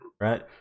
Right